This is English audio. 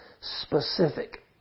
specific